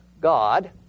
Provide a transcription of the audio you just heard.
God